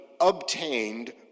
obtained